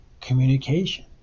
communication